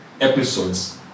episodes